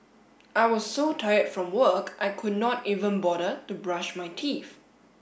I was so tired from work I could not even bother to brush my teeth